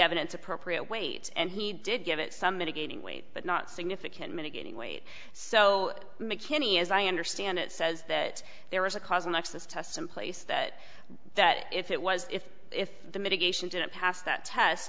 evidence appropriate weight and he did give it some mitigating weight but not significant mitigating weight so mckinney as i understand it says that there was a cause of much this test some place that that if it was if if the mitigation didn't pass that test